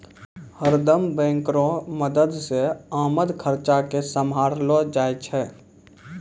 हरदम बैंक रो मदद से आमद खर्चा के सम्हारलो जाय छै